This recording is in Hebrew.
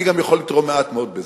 אני גם יכול לתרום מעט מאוד בזה.